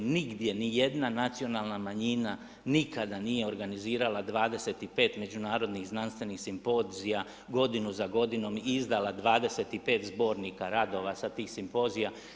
Nigdje nijedna nacionalna manjina nikada nije organizirala 25 međunarodnih znanstvenih simpozija godinu za godinom i izdala 25 zbornika radova sa tih simpozija.